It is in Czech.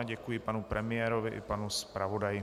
Děkuji panu premiérovi i panu zpravodaji.